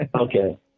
Okay